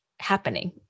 happening